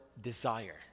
desire